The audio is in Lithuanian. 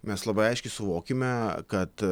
mes labai aiškiai suvokime kad